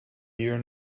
your